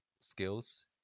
skills